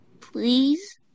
Please